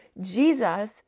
Jesus